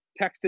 texted